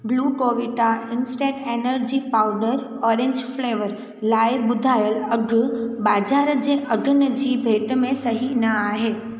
Glucovita instant energy powder orange flavour लाइ ॿुधायल अघ बाज़ार जे अघनि जी भेंट में सही न आहे